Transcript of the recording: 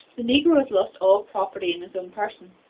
the negro has lost all property in his own person,